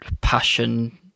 passion